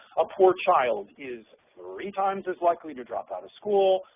a poor child is three times as likely to drop out of school,